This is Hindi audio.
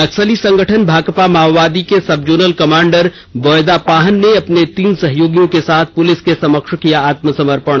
नक्सली संगठन भाकपा माओवादी के सबजोनल कमांडर बॉयदा पाहन ने अपने तीन सहयोगियों के साथ पुलिस के समक्ष किया आत्मसमर्पण